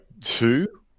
two